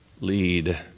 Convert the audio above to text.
lead